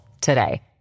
today